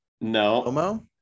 No